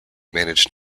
managed